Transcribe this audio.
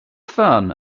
fun